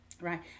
Right